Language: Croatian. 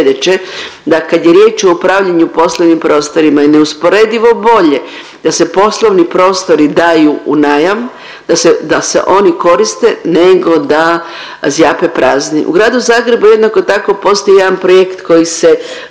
da kad je riječ o upravljanju poslovnim prostorima je neusporedivo bolje da se poslovni prostori daju u najam, da se oni koriste nego da zjape prazni. U Gradu Zagrebu jednako tako postoji jedan projekt koji se